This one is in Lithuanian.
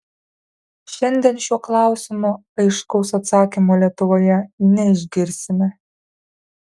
šiandien šiuo klausimu aiškaus atsakymo lietuvoje neišgirsime